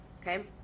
okay